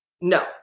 No